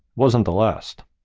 wasn't the last.